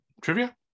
Trivia